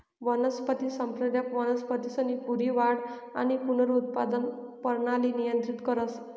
वनस्पती संप्रेरक वनस्पतीसनी पूरी वाढ आणि पुनरुत्पादक परणाली नियंत्रित करस